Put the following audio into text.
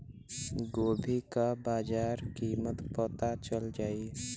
गोभी का बाजार कीमत पता चल जाई?